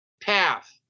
path